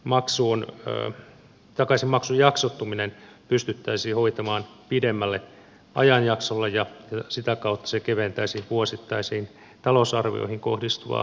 maksu on yö takaisinmaksun jaksottuminen pystyttäisiin hoitamaan pidemmälle ajanjaksolle ja sitä kautta se keventäisi vuosittaisiin talousarvioihin kohdistuvaa kustannusvaikutusta